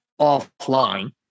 offline